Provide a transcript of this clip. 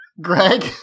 Greg